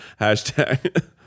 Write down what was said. Hashtag